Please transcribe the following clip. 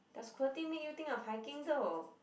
does make you think of hiking though